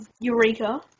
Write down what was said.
Eureka